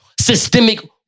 systemic